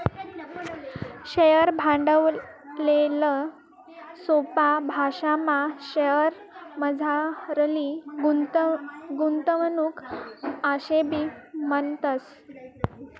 share भांडवलले सोपा भाशामा शेअरमझारली गुंतवणूक आशेबी म्हणतस